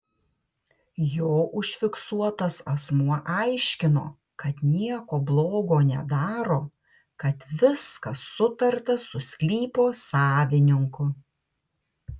jo užfiksuotas asmuo aiškino kad nieko blogo nedaro kad viskas sutarta su sklypo savininku